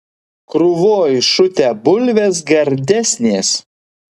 krūvoj šutę bulvės gardesnės